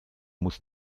muss